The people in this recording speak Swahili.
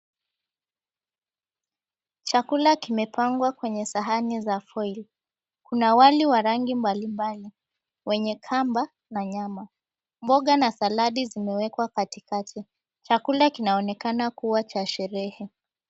Chakula kimepangwa kwenye sahani za foil . Kuna wali wa rangi mbalimbali, wenye kamba na nyama, mboga na saladi zimewekwa katikati. Chakula kinaonekana kuwa cha sherehe.